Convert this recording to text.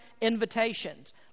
invitations